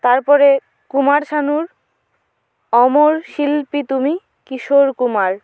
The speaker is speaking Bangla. তারপরে কুমার শানুর অমর শিল্পী তুমি কিশোর কুমার